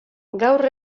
gaur